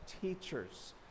teachers